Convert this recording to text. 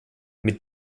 mit